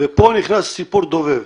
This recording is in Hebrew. ופה נכנס סיפור דוב"ב.